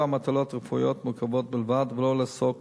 מטלות רפואיות מורכבות בלבד ולא לעסוק